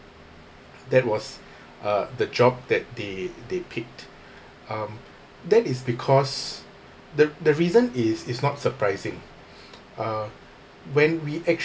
that was uh the job that they they picked um that is because the the reason is it's not surprising uh when we actually